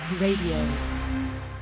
Radio